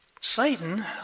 Satan